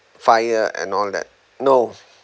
fire and all that no